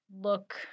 look